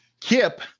Kip